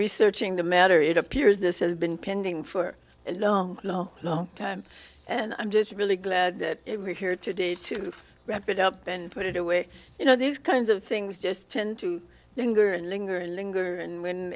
researching the matter it appears this has been pending for a long long time and i'm just really glad that it we're here today to wrap it up and put it away you know these kinds of things just tend to linger and linger and